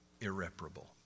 irreparable